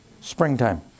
Springtime